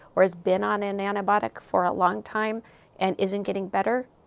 or has been on an antibiotic for a long time and isn't getting better.